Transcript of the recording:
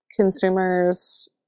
consumers